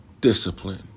Discipline